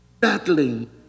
battling